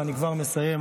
ואני כבר מסיים.